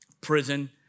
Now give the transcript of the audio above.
prison